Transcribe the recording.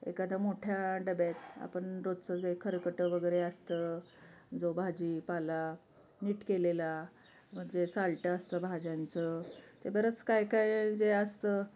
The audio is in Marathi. एखादा मोठ्या डब्यात आपण रोजचं जे खरकटं वगैरे असतं जो भाजी पाला नीट केलेला म्हणजे साल्टं असतं भाज्यांचं ते बरंच काय काय जे असतं